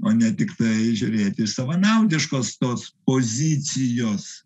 o ne tiktai žiūrėti savanaudiškos tos pozicijos